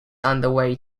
underway